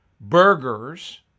burgers